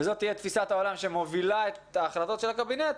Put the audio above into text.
וזאת תהיה תפיסת העולם שמובילה את ההחלטות של הקבינט,